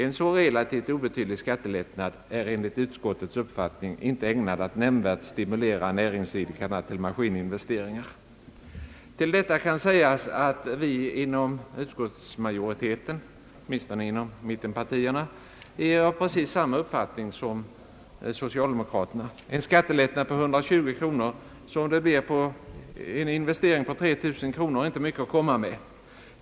En så relativt obetydlig skatte lättnad är enligt utskottets uppfattning inte ägnad att nämnvärt stimulera näringsidkarna till maskininvesteringar.» Till detta kan sägas att vi inom utskottsmajoriteten är av precis samma uppfattning. En skattelättnad av 120 kronor, som det blir på en investering av 3 000 kronor, är inte mycket att komma med.